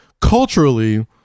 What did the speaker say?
culturally